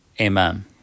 Amen